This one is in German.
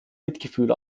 mitgefühl